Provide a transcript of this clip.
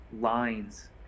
lines